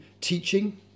teaching